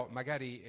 magari